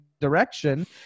direction